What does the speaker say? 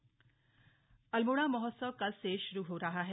अल्मोड़ा महोत्सव अल्मोड़ा महोत्सव कल से शुरू हो रहा है